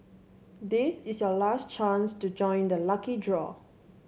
this is your last chance to join the lucky draw